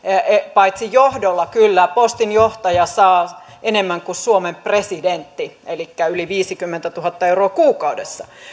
paitsi johdolla kyllä postin johtaja saa enemmän kuin suomen presidentti elikkä yli viisikymmentätuhatta euroa kuukaudessa